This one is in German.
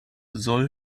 soll